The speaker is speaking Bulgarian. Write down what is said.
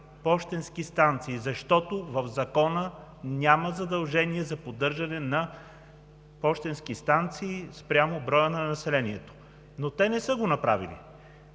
пощенски станции, защото в Закона няма задължение за поддържане на пощенски станции спрямо броя на населението, но те не са го направили.